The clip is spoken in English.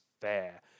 fair